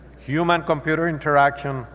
human-computer interaction,